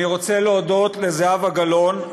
אני רוצה להודות לזהבה גלאון,